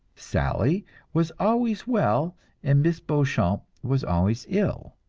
sally was always well and miss beauchamp was always ill,